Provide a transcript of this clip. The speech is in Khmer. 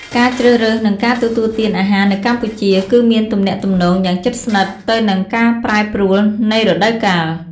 ការជ្រើសរើស និងការទទួលទានអាហារនៅកម្ពុជា គឺមានទំនាក់ទំនងយ៉ាងជិតស្និទ្ធទៅនឹងការប្រែប្រួលនៃរដូវកាល។